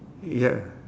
ya